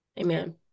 Amen